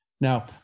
Now